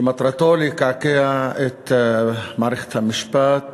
ומטרתו לקעקע את מערכת המשפט